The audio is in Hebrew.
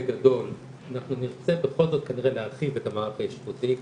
בגדול אנחנו נרצה בכל זאת להרחיב את המערך האשפוזי.